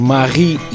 Marie